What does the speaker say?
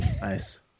Nice